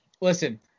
listen